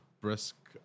Brisk